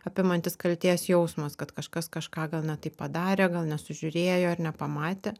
apimantis kaltės jausmas kad kažkas kažką gal ne taip padarė gal nesužiūrėjo ar nepamatė